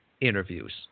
Interviews